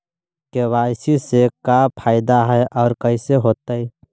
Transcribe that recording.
KYC से का फायदा है और कैसे होतै?